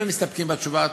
אם הם מסתפקים בתשובה,